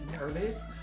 nervous